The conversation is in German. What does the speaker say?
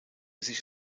sich